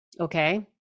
Okay